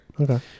Okay